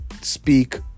speak